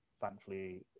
thankfully